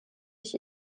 ich